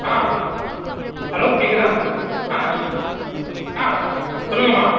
ஆ hello கேட்குதா ஆ சொ ஆ சொல்லுங்கம்மா